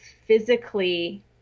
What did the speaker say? physically